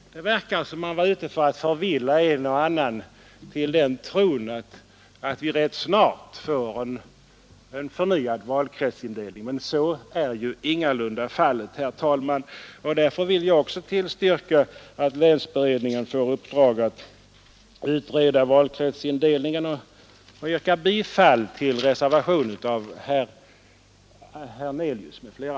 Det verkar som om man var ute för att förvilla en och annan till den tron att vi rätt snart får en förnyad valkretsindelning. Men så ju ingalunda fallet, herr talman, och därför vill jag också tillstyrka att länsberedningen får i uppdrag att utreda frågan om valkretsindelningen och yrkar bifall till reservationen av herr Hernelius m.fl.